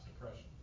depression